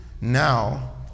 Now